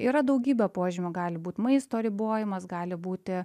yra daugybė požymių gali būt maisto ribojimas gali būti